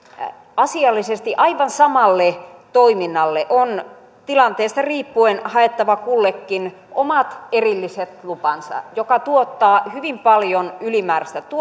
asiallisesti aivan samalle toiminnalle on tilanteesta riippuen haettava kullekin omat erilliset lupansa mikä tuottaa hyvin paljon ylimääräistä